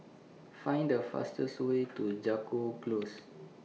Find The fastest Way to Jago Close